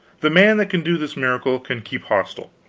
the man that can do this miracle can keep hostel.